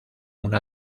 una